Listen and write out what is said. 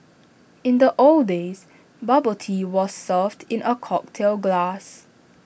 in the old days bubble tea was served in A cocktail glass